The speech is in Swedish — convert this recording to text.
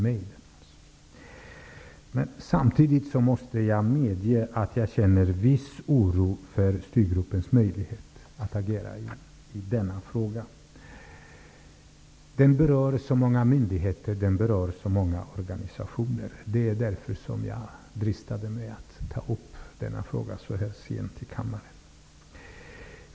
Men samtidigt måste jag medge att jag känner viss oro för styrgruppens möjligheter att agera i denna fråga, som berör så många myndigheter och organisationer, och det är därför som jag har dristat mig att ta upp denna fråga så här sent i kammaren.